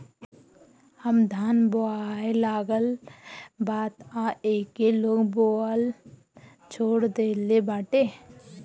अब धान बोआए लागल बा तअ एके लोग बोअल छोड़ देहले बाटे